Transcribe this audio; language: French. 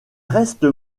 restent